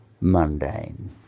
mundane